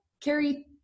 Carrie